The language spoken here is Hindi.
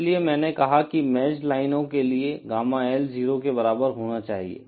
इसीलिए मैंने कहा कि मैच्ड लाइनों के लिए गामा एल 0 के बराबर होना चाहिए